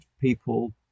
people